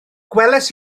gwelais